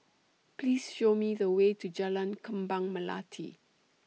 Please Show Me The Way to Jalan Kembang Melati